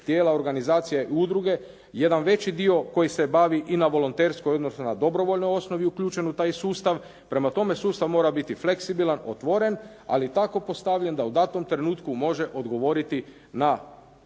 tijela, organizacije, udruge, jedan veći dio koji se bavi i na volonterskoj, odnosno na dobrovoljnoj osnovi uključen u taj sustav. Prema tome, sustav mora biti fleksibilan, otvoren, ali tako postavljen da u datom trenutku može odgovoriti na